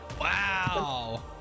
Wow